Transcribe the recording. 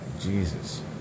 jesus